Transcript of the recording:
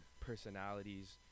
personalities